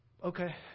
Okay